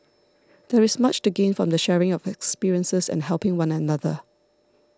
there is much to gain from the sharing of experiences and helping one another